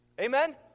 Amen